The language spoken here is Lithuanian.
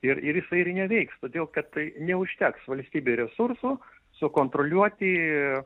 ir ir jisai ir neveiks todėl kad neužteks valstybei resursų sukontroliuoti